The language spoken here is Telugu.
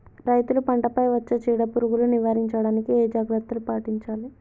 రైతులు పంట పై వచ్చే చీడ పురుగులు నివారించడానికి ఏ జాగ్రత్తలు పాటించాలి?